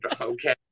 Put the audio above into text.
Okay